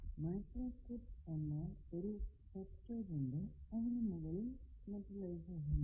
micro strip എന്നാൽ ഒരു substrate ഉണ്ട് അതിനു മുകളിൽ മെറ്റലൈസേഷൻ ഉണ്ട്